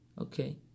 Okay